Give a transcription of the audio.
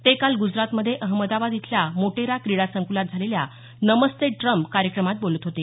ते काल ग्जरातमध्ये अहमदाबाद इथल्या मोटेरा क्रीडा संकुलात झालेल्या नमस्ते ट्रम्प कार्यक्रमात बोलत होते